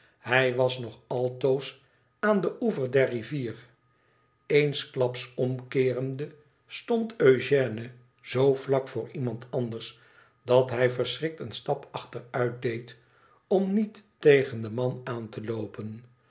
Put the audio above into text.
hij was nog altoos aan den oever der rivier eensklaps omkeerende stond eugène zoo vlak voor iemand anders dat hij verschrikt een stap achteruit deed om niet tegen den man aan te loopen